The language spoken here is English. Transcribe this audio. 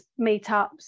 meetups